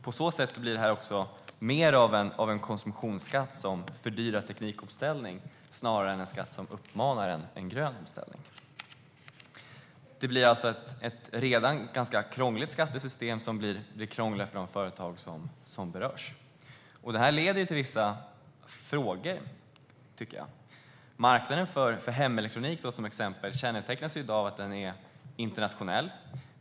På så sätt blir detta också mer av en konsumtionsskatt som fördyrar teknikomställning snarare än en skatt som uppmanar till en grön omställning. Ett redan ganska krångligt skattesystem blir alltså krångligare för de företag som berörs. Detta leder till vissa frågor. Marknaden för till exempel hemelektronik kännetecknas i dag av att den är internationell.